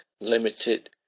limited